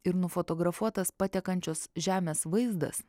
ir nufotografuotas patekančios žemės vaizdas